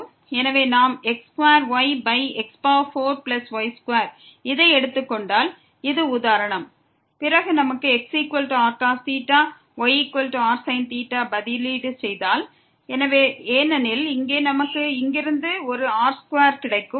எனவே நாம் x2yx4y2ஐ எடுத்துக் கொண்டால் இது உதாரணம் பிறகு நாம் xrcos yrsin ஐ பதிலீடு செய்தால் இங்கே நமக்கு இங்கிருந்து ஒரு r2 கிடைக்கும்